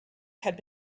had